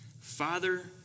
Father